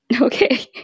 okay